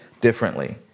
differently